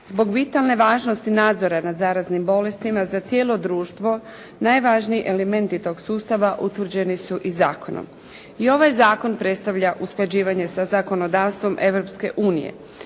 Zbog vitalne važnosti nadzora nad zaraznim bolestima za cijelo društvo najvažniji elementi tog sustava utvrđeni su i zakonom. I ovaj zakon predstavlja usklađivanje sa zakonodavstvom